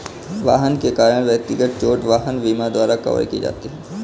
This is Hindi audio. वाहन के कारण व्यक्तिगत चोट वाहन बीमा द्वारा कवर की जाती है